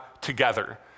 together